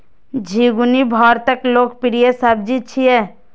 झिंगुनी भारतक लोकप्रिय सब्जी छियै